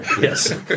Yes